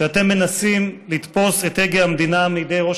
שאתם מנסים לתפוס את הגה המדינה מידי ראש